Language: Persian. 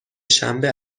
شنبه